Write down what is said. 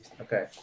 Okay